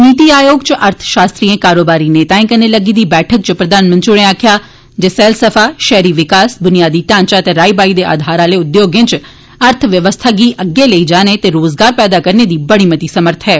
नीति आयोग इच अर्थ शास्त्रिएं कारोबारी नेताएं कन्नै लग्गी दी बैठक इच प्रधानमंत्री होरें आक्खेआ जे सैलसफा शैहरी विकास बुनियादी ढांचा ते राईबाई दे आधार आले उद्योगें इच अर्थ व्यवस्था गी अग्गै लेई जाने ते रोजगार पैदा करने दी बड़ी मती समर्थ ऐ